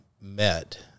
met